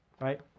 right